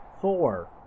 Four